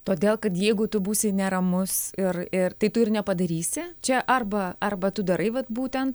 todėl kad jeigu tu būsi neramus ir ir tai tu ir nepadarysi čia arba arba tu darai vat būten